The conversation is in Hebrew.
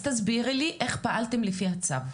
אז תסבירי לי איך פעלתם על פי הצו.